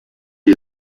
est